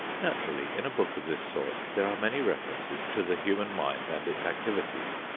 naturally in a book of this sort there are many references to the human mind and its activities.